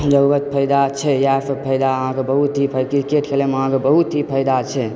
बहुत फायदा छै इएह सब फायदा अहाँके बहुत ही फायदा क्रिकेट खेलैमे अहाँके बहुत ही फायदा छै